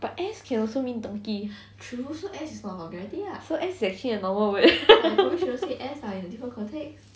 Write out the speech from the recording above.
but ass can also mean donkey so ass is actually a normal word